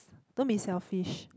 don't be selfish